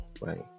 right